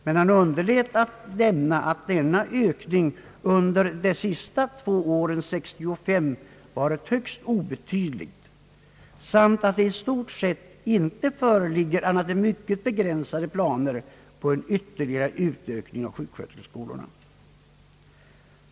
Men han underlät att nämna att ökningen under de senaste två åren, från 1965, varit högst obetydlig samt att det i stort sett inte före ligger annat än mycket begränsade planer på en ytterligare utökning av sjuksköterskeskolorna.